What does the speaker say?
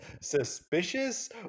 suspicious